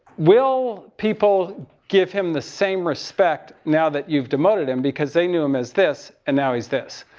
will people give him the same respect now that you've demoted him, because they knew him as this, and now he's this.